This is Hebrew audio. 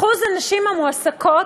אחוז הנשים המועסקות,